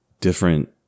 different